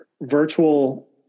virtual